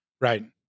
Right